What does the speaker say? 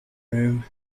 room